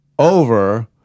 over